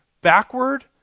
backward